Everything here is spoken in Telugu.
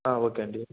ఓకే అండీ